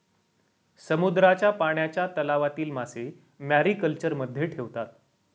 समुद्राच्या पाण्याच्या तलावातील मासे मॅरीकल्चरमध्ये ठेवतात